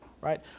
right